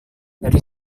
dari